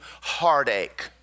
heartache